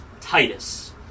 titus